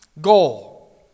goal